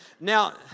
Now